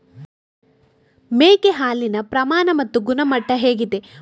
ಮೇಕೆ ಹಾಲಿನ ಪ್ರಮಾಣ ಮತ್ತು ಗುಣಮಟ್ಟ ಹೇಗಿದೆ?